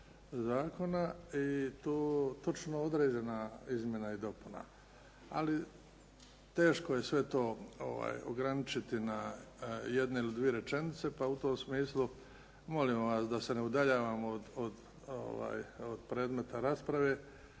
zakona. I tu točno je određena izmjena i dopuna. Ali teško je sve to ograničiti na jednu ili dvije rečenice. Pa u tom smislu molimo vas da se ne udaljujemo od predmeta rasprave,